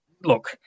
Look